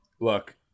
Look